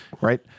Right